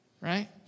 Right